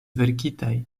verkitaj